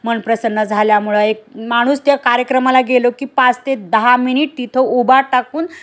मन प्रसन्न झाल्यामुळे एक माणूस त्या कार्यक्रमाला गेलो की पाच ते दहा मिनिट तिथं उभा टाकून